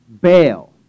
bail